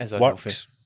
works